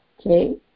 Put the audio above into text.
Okay